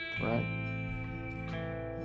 Right